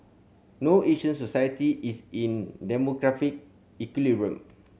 no Asian society is in demographic equilibrium